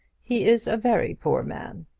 he is a very poor man.